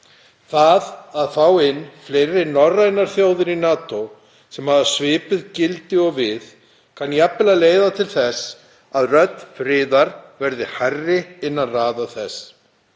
Það að fá inn fleiri norrænar þjóðir í NATO sem hafa svipuð gildi og við kann jafnvel að leiða til þess að rödd friðar verði hærri innan raða þess.